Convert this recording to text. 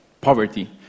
poverty